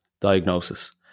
diagnosis